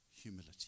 humility